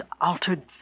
altered